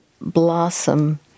blossom